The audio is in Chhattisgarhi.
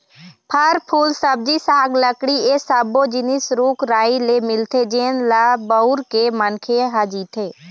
फर, फूल, सब्जी साग, लकड़ी ए सब्बो जिनिस रूख राई ले मिलथे जेन ल बउर के मनखे ह जीथे